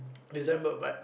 December but